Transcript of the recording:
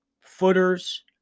footers